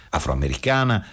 afroamericana